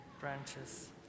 branches